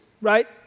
right